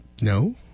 No